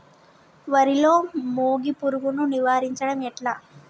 వరిలో మోగి పురుగును నివారించడం ఎట్లా?